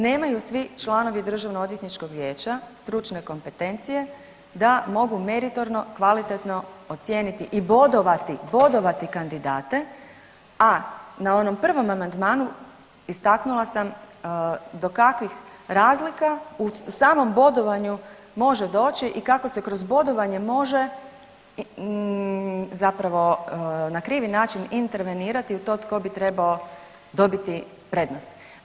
Nemaju svi članovi Državnoodvjetničkog vijeća stručne kompetencije da mogu meritorno, kvalitetno ocijeniti i bodovati, bodovati kandidate, a na onom prvom amandmanu istaknula sam do kakvih razlika u samom bodovanju može doći i kako se kroz bodovanje može zapravo na krivi način intervenirati u to tko bi trebao dobiti prednost.